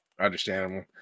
Understandable